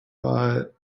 but